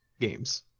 games